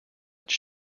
its